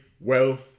wealth